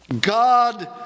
God